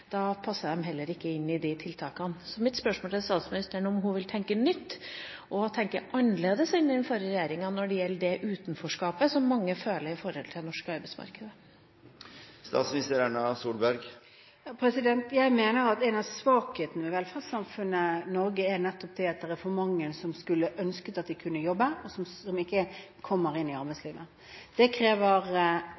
Da passer de heller ikke inn i tiltakene. Mitt spørsmål til statsministeren er om hun vil tenke nytt og tenke annerledes enn den forrige regjeringa når det gjelder det utenforskapet som mange føler i det norske arbeidsmarkedet. Jeg mener at en av svakhetene ved velferdssamfunnet Norge nettopp er at det er for mange som skulle ønske at de kunne jobbe, og som ikke kommer inn i